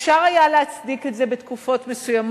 אפשר היה להצדיק את זה בתקופות מסוימות,